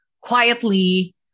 quietly